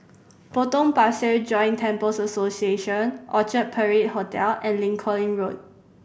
Potong Pasir Joint Temples Association Orchard Parade Hotel and Lincoln Road